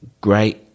great